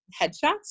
headshots